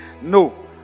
no